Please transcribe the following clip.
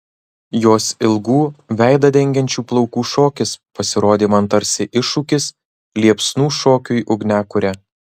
jos ilgų veidą dengiančių plaukų šokis pasirodė man tarsi iššūkis liepsnų šokiui ugniakure